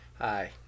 Hi